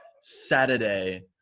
Saturday